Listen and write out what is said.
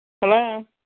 Hello